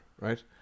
right